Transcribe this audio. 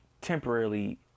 temporarily